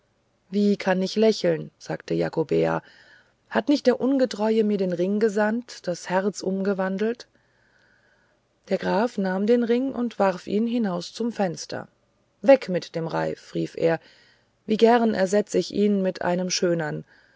wie kann ich lächeln sagte jakobea hat nicht der ungetreue mir den ring gesandt das herz umgewandelt der graf nahm den ring und warf ihn hinaus zum fenster weg mit dem ring rief er wie gern ersetzt ich ihn mit einem schönern